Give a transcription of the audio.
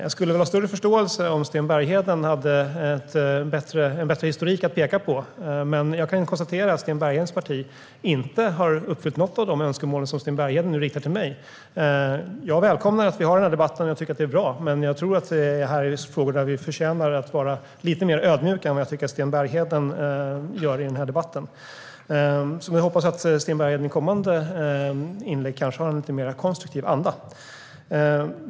Jag skulle ha större förståelse om Sten Bergheden hade en bättre historik att peka på, men jag kan konstatera att hans parti inte har uppfyllt något av de önskemål som han nu riktar till mig. Jag välkomnar att vi har denna debatt - jag tycker att det är bra - men detta är frågor som förtjänar att vi är lite mer ödmjuka än vad jag tycker att Sten Bergheden är i den här debatten. Jag hoppas att hans kommande inlägg har en mer konstruktiv anda.